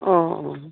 অঁ অঁ